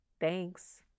Thanks